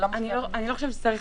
אני לא חושבת שצריך,